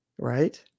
Right